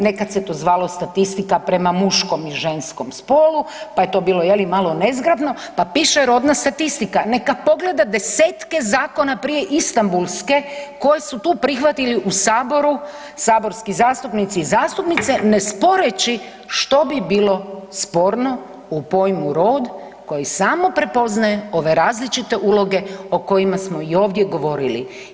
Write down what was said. Nekad se to zvalo statistika prema muškom i ženskom spolu, pa je to bilo je li malo nezgrapno, pa piše rodna statistika, neka pogleda desetke zakona prije Istambulske koje su tu prihvatili u Saboru, saborski zastupnici i zastupnice ne sporeći što bi bilo sporno u pojmu rod koji samo prepoznaje ove različite uloge o kojima smo i ovdje govorili.